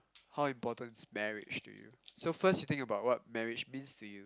how important is marriage to you so first you think about what marriage means to you